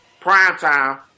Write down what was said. primetime